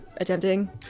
Attempting